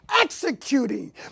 executing